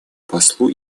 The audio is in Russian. послу